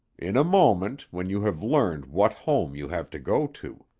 in a moment, when you have learned what home you have to go to.